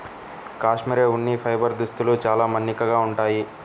cashmere ఉన్ని fibre దుస్తులు చాలా మన్నికగా ఉంటాయి